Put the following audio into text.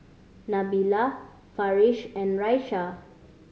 Nabila Farish and Raisya